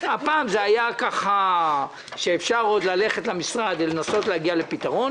הפעם זה היה ככה שאפשר עוד ללכת למשרד ולנסות להגיע לפתרון.